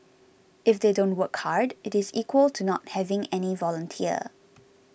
if they don't work hard it is equal to not having any volunteer